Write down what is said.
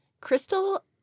Crystal